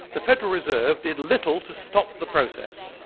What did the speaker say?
the federal reserve did little to stop the process.